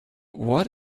what